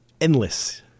endless